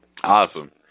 Awesome